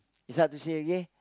it's hard to say okay